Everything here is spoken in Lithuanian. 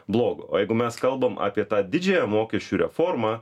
blogo o jeigu mes kalbam apie tą didžiąją mokesčių reformą